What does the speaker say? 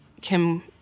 Kim